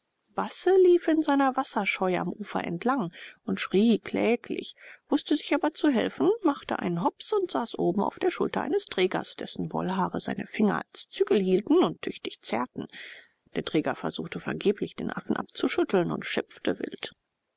basse lief in seiner wasserscheu am ufer entlang und schrie kläglich wußte sich aber zu helfen machte einen hops und saß oben auf der schulter eines trägers dessen wollhaare seine finger als zügel hielten und tüchtig zerrten der träger versuchte vergeblich den affen abzuschütteln und schimpfte wild